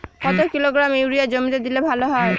কত kilogram urea জমিতে দিলে ভালো হয়?